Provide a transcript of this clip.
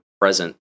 present